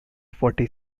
forty